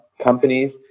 companies